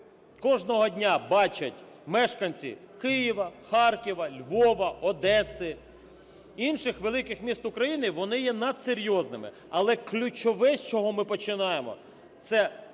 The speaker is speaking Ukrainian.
кожного дня бачать мешканці Києва, Харкова, Львова, Одеси, інших великих міст України, вони є надсерйозними. Але, ключове, з чого ми починаємо, це